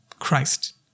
Christ